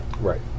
right